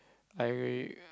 I